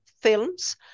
films